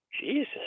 Jesus